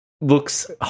looks